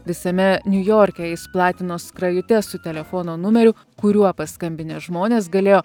visame niujorke jis platino skrajutes su telefono numeriu kuriuo paskambinę žmonės galėjo